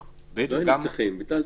לא "היינו צריכים" אלא ביטלתם.